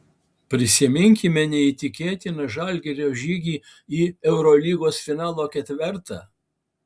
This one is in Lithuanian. prisiminkime neįtikėtiną žalgirio žygį į eurolygos finalo ketvertą